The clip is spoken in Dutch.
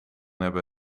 hebben